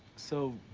so,